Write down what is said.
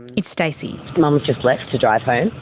it's stacey. mum's just left to drive home.